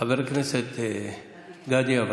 חבר הכנסת גדי יברקן,